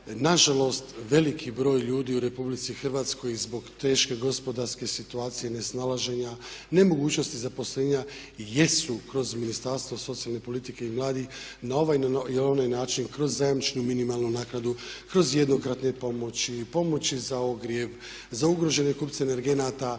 nažalost veliki broj ljudi u RH zbog teške gospodarske situacije, nesnalaženja, nemogućnosti zaposlenja jesu kroz Ministarstvo socijalne politike i mladih na ovaj ili onaj način kroz zajamčenu minimalnu naknadu, kroz jednokratne pomoći, pomoći za ogrjev, za ugrožene kupce energenata.